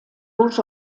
bourg